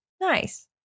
Nice